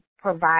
provide